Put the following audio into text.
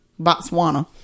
Botswana